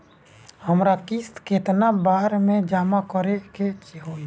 हमरा किस्त केतना बार में जमा करे के होई?